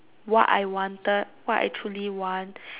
what I wanted what I truly want